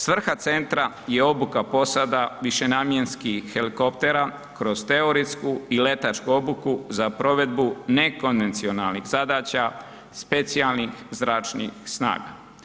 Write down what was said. Svrha centra je obuka posada višenamjenskih helikoptera kroz teoretsku i letačku obuku za provedbu nekonvencionalnih zadaća specijalnih zračnih snaga.